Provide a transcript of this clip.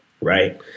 right